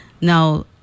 Now